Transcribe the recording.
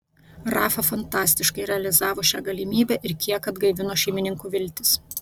rafa fantastiškai realizavo šią galimybę ir kiek atgaivino šeimininkų viltis